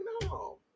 no